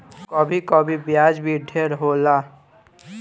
कभी कभी ब्याज भी ढेर होला